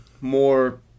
more